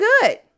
good